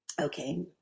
okay